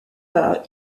par